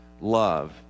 love